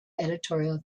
editorial